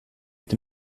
est